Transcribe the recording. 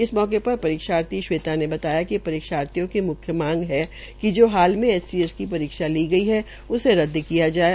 इस अवसर पर परीक्षार्थी श्वेता ने कहा कि परीक्षार्तियों की म्ख्य मांग है कि जो हाल में एच॰ सी ॰ एस की परीक्षा ली गयी है वो रदद की जाये